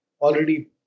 already